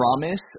promise